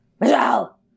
Michelle